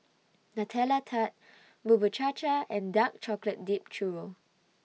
Nutella Tart Bubur Cha Cha and Dark Chocolate Dipped Churro